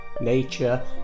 Nature